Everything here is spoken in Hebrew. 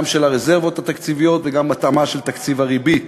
גם של הרזרבות התקציביות וגם התאמה של תקציב הריבית.